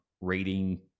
rating